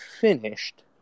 finished